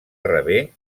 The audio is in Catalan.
rebé